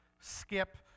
skip